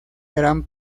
gran